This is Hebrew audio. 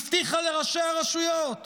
הבטיחה לראשי הרשויות